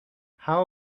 how